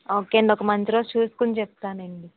okay అండి ఒక మంచి రోజు చూసుకుని చెప్తానండి